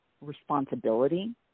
responsibility